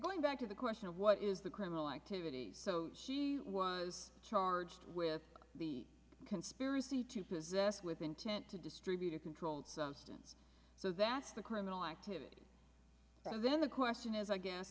going back to the question of what is the criminal activity so she was charged with the conspiracy to possess with intent to distribute a controlled substance so that's the criminal activity for them the question is i guess